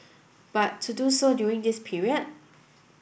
but to do so during this period